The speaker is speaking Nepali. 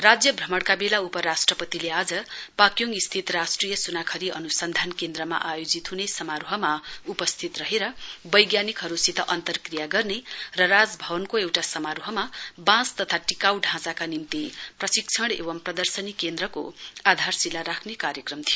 राज्यभ्रमणका वेला उपराष्ट्रपतिले आज पाक्योङ स्थित राष्ट्रिय सुनाखरी अनुसन्धान केन्द्रमा आयोजित हुने समारोहमा उपस्थित रहेर राजभवनको एउटा समारोहमा वाँस तथा टिकाउ ढ़ाँचाका निम्ति प्रशिक्षण एवं प्रदर्शनी केन्द्रको आधारशिला राख्ने कार्यक्रम थियो